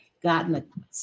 gotten